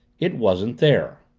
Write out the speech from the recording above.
it wasn't there.